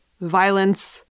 violence